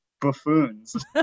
buffoons